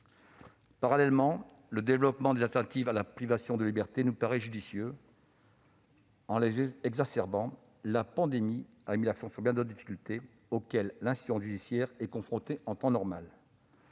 Parallèlement, le développement des alternatives à la privation de liberté nous paraît judicieux. En les exacerbant, la pandémie a mis l'accent sur bien d'autres difficultés auxquelles l'institution judiciaire est confrontée en temps normal.